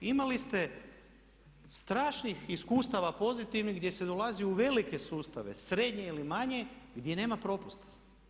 Imali ste strašnih iskustava pozitivnih gdje se dolazi u velike sustave, srednje ili manje gdje nema propusta.